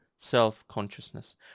self-consciousness